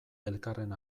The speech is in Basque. elkarren